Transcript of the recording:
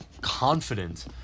confident